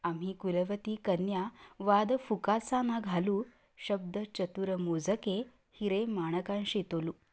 आम्ही कुलवती कन्या वाद फुकाचा ना घालू शब्द चतुर मोजके हिरे माणकांशी तोलू